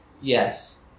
yes